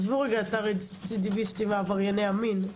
עזבו רגע את הרצידיביסטיים עברייני המין,